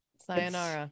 sayonara